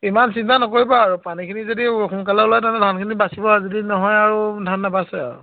ইমান চিন্তা নকৰিবা আৰু পানীখিনি যদি সোনকালে ওলায় তেন্তে ধানখিনি বাচিব আৰু যদি নহয় আৰু ধান নাবাচে আৰু